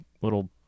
little